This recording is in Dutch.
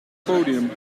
podium